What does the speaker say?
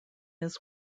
his